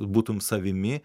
būtum savimi